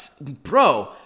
Bro